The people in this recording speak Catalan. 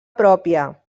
pròpia